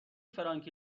فرانکی